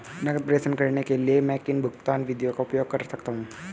नकद प्रेषण करने के लिए मैं किन भुगतान विधियों का उपयोग कर सकता हूँ?